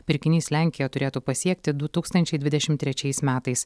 pirkinys lenkiją turėtų pasiekti du tūkstančiai dvidešimt trečiais metais